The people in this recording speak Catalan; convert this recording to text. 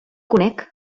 conec